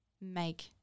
make